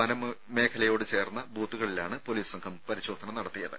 വനമേഖലയോട് ചേർന്ന ബൂത്തുകളിലാണ് പൊലീസ് സംഘം പരിശോധന നട ത്തിയത്